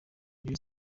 rayon